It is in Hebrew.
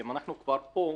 אם אנחנו כבר פה,